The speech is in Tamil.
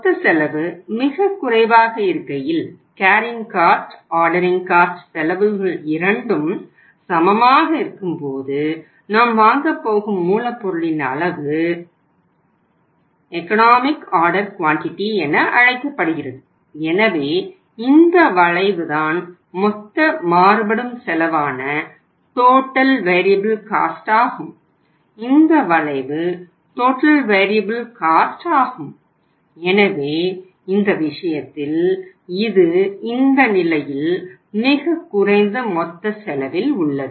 மொத்த செலவு மிகக் குறைவாக இருக்கையில் கேரியிங் காஸ்ட் ஆகும் எனவே இந்த விஷயத்தில் இது இந்த நிலையில் மிகக் குறைந்த மொத்த செலவில் உள்ளது